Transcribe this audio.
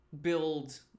build